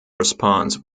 response